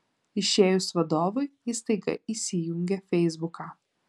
išėjus vadovui jis staiga įsijungia feisbuką